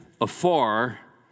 afar